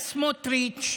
יא סמוטריץ',